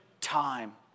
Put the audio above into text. time